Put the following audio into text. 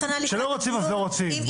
כשלא רוצים אז לא רוצים.